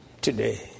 today